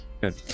good